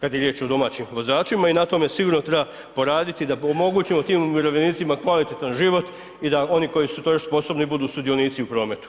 kad je riječ o domaćim vozačima i na tome sigurno treba poraditi da omogućimo tim umirovljenicima kvalitetan život i da oni koji su to još sposobni, budu sudionici u prometu.